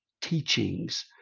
teachings